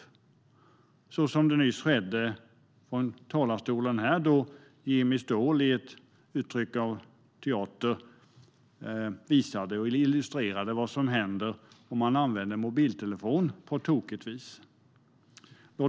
Det skedde nyss här från talarstolen där Jimmy Ståhl i ett uttryck av teater illustrerade vad som händer om man använder mobiltelefon på ett tokigt vis. Herr talman!